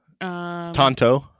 Tonto